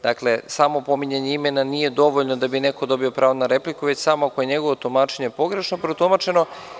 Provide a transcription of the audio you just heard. Dakle, samo pominjanje imena nije dovoljno da bi neko dobio pravo na repliku, već samo ako je njegovo tumačenje pogrešno protumačeno.